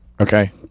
okay